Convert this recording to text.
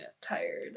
tired